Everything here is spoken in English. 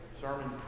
sermon